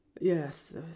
yes